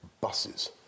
buses